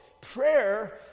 Prayer